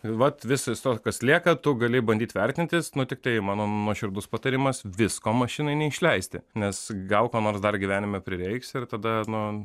vat visas to kas lieka tu gali bandyt vertintis nu tiktai mano nuoširdus patarimas visko mašinai neišleisti nes gal ko nors dar gyvenime prireiks ir tada nu